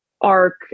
arc